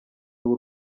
w’u